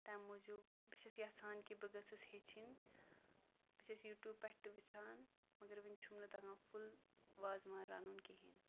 تَمہِ موٗجوٗب بہٕ چھَس یَژھان کہِ بہٕ گٔژھٕس ہیٚچھِنۍ بہٕ چھَس یوٗٹیوٗب پٮ۪ٹھٕ وٕچھان مگر وٕنہِ چھُم نہٕ تگان فُل وازوان رَنُن کِہیٖنۍ